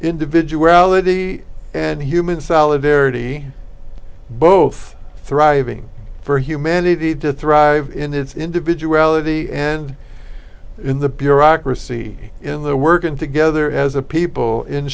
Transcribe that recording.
individuality and human solidarity both thriving for humanity to thrive in its individuality and in the bureaucracy in the working together as a people in